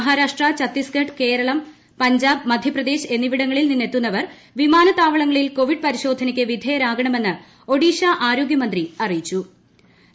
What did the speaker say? മഹാരാഷ്ട്ര ഛത്തിസ്ഗഡ് കേരളം പഞ്ചാബ് മധ്യപ്രദേശ് എന്നിവിടങ്ങളിൽ നിന്നെത്തുന്നവർ വിമാനത്താവളങ്ങളിൽ കോവിഡ് പരിശോധനയ്ക്ക് വിധേയരാകണമെന്ന് ഒഡീഷ ആരോഗ്യമന്ത്രി നബാ കിഷോർ ദാസ് അറിയിച്ചു